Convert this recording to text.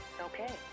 okay